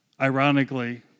Ironically